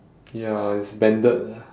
ya it's bended